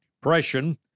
Depression